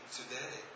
today